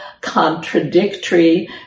contradictory